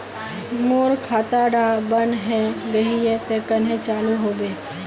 मोर खाता डा बन है गहिये ते कन्हे चालू हैबे?